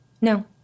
no